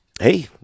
hey